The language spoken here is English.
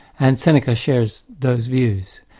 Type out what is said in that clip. and seneca shares those views.